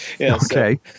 okay